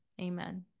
amen